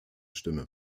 stimme